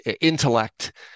intellect